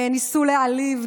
ניסו להעליב,